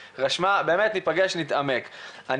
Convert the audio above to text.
ניפגש ונתעמק על זה.